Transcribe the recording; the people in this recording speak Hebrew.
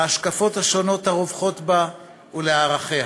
להשקפות השונות הרווחות בה ולערכיה.